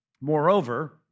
Moreover